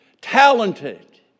talented